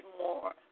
more